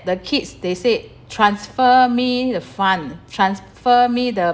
the kids they said transfer me the fund transfer me the